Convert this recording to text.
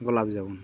ᱜᱚᱞᱟᱯ ᱡᱟᱢᱩᱱ